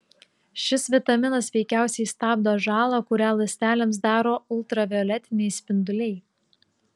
šis vitaminas veikiausiai stabdo žalą kurią ląstelėms daro ultravioletiniai spinduliai